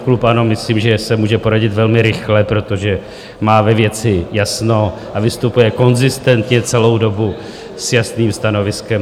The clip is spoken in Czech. Klub ANO, myslím, že se může poradit velmi rychle, protože má ve věci jasno a vystupuje konzistentně celou dobu s jasným stanoviskem.